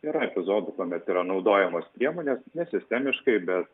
ir epizodų kuomet yra naudojamos priemonės nesistemiškai bet